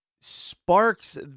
sparks